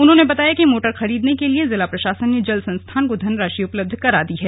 उन्होंने बताया कि मोटर खरीदने के लिए जिला प्रशासन ने जल संस्थान को धनराशि उपलब्ध करा दी हैं